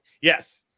Yes